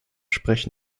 sprechen